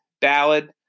ballad